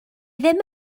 ddim